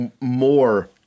more